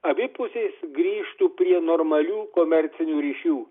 abi pusės grįžtų prie normalių komercinių ryšių